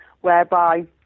whereby